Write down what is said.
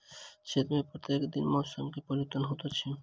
क्षेत्र में प्रत्येक दिन मौसम में परिवर्तन होइत अछि